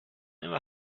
immer